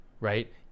right